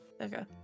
Okay